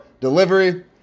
delivery